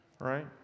right